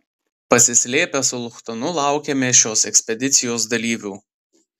pasislėpę su luchtanu laukėme šios ekspedicijos dalyvių